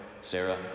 Sarah